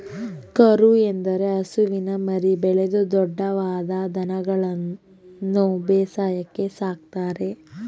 ಕರು ಎಂದರೆ ಹಸುವಿನ ಮರಿ, ಬೆಳೆದು ದೊಡ್ದವಾದ ದನಗಳನ್ಗನು ಬೇಸಾಯಕ್ಕೆ ಸಾಕ್ತರೆ